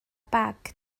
bag